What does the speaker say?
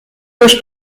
durch